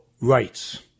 rights